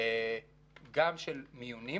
גם של מיונים,